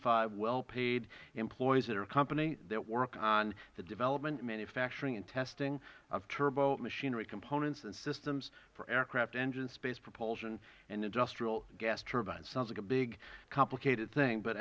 five well paid employees at her company that work on the development manufacturing and testing of turbo machinery components and systems for aircraft engines space propulsion and industrial gas turbines it sounds like a big complicated thing but